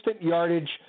yardage